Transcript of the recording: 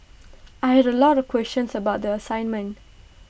I had A lot of questions about the assignment